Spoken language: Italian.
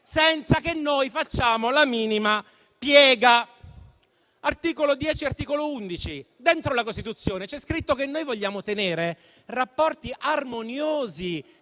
senza che noi facciamo la minima piega. All'articolo 10 e all'articolo 11 della Costituzione è scritto che noi vogliamo tenere rapporti armoniosi